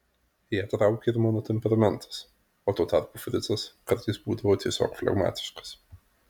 ją traukė ir mano temperamentas o tuo tarpu fricas kartais būdavo tiesiog flegmatiškas